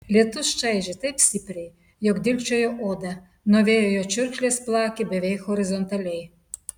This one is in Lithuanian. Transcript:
lietus čaižė taip stipriai jog dilgčiojo odą nuo vėjo jo čiurkšlės plakė beveik horizontaliai